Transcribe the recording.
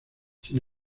sin